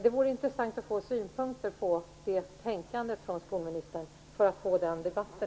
Det vore intressant att få skolministerns synpunkter på det tänkandet just för att få i gång den debatten.